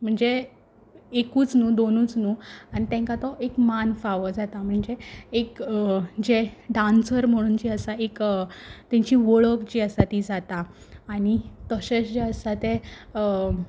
म्हणजे एकूच न्हू दोनूच न्हू आनी तेंकां तो एक मान फावो जाता म्हणजे एक जे डान्सर म्हणून जे आसा एक तेंची वळख जी आसा ती जाता आनी तशेंच जें आसा तें